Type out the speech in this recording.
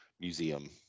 museum